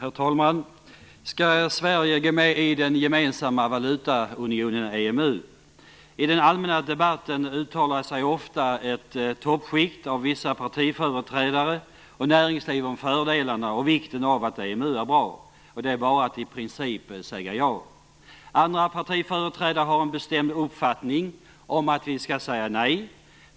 Herr talman! Skall Sverige gå med i den gemensamma valutaunionen EMU? I den allmänna debatten uttalar sig ofta bara ett toppskikt bestående av vissa partiföreträdare och personer från näringslivet om fördelarna med och vikten av EMU, om att EMU är bra och om att det i princip bara är att säga ja. Andra partiföreträdare har en bestämd uppfattning om att vi skall säga nej.